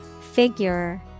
Figure